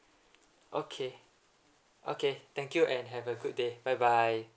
okay okay thank you and have a good day bye bye